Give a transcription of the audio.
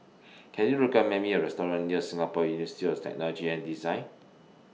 Can YOU recommend Me A Restaurant near Singapore University of Technology and Design